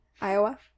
Iowa